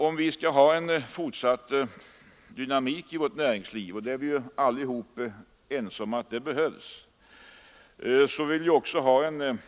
Om vi skall ha en fortsatt dynamik i näringslivet — och det är vi alla ense om behövs — och om vi vill ha en